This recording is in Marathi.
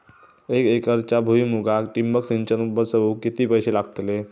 एक एकरच्या भुईमुगाक ठिबक सिंचन बसवूक किती पैशे लागतले?